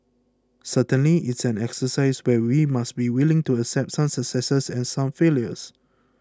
certainly it's an exercise where we must be willing to accept some successes and some failures